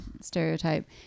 stereotype